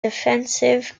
defensive